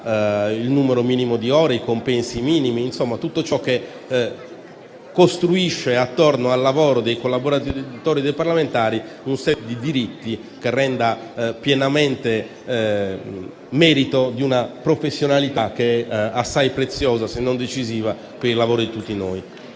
il numero minimo di ore, i compensi minimi, insomma tutto ciò che costruisce, attorno al lavoro dei collaboratori dei parlamentari, un *set* di diritti che renda pienamente merito ad una professionalità assai preziosa, se non decisiva per il lavoro di tutti noi.